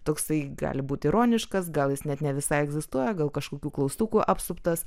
toksai gali būti ironiškas gal jis net ne visai egzistuoja gal kažkokių klaustukų apsuptas